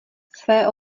své